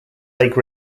lake